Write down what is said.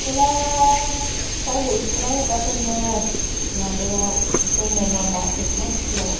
स्कुला फ्राइभेत स्कुलाव हगारदोंमोन माबायाव ब्रह्म बा बा टेकन' स्कुलाव